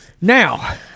Now